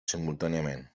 simultàniament